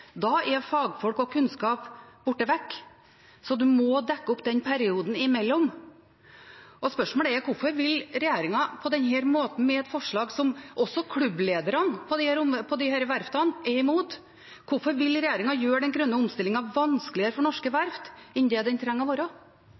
Da er fagfolk og kunnskap borte vekk, så man må dekke opp perioden imellom. Spørsmålet er: Hvorfor vil regjeringen på denne måten, med et forslag som også klubblederne på disse verftene er imot, gjøre den grønne omstillingen vanskeligere for norske verft enn den trenger å være?